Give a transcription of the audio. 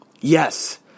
Yes